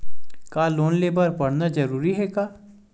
का लोन ले बर पढ़ना जरूरी हे का?